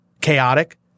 chaotic